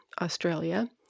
Australia